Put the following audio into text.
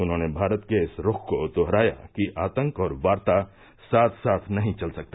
उन्होंने भारत के इस रूख को दोहराया कि आतंक और वार्ता साथ साथ नहीं चल सकते